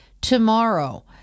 Tomorrow